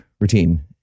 routine